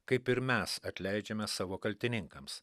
kaip ir mes atleidžiame savo kaltininkams